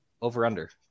over-under